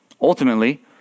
Ultimately